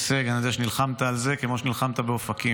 הישג, על זה שנלחמת על זה, כמו שנלחמת באופקים.